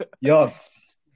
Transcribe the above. Yes